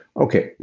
okay.